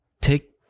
take